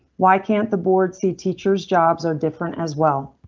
why can't the boards, the teachers jobs are different as well?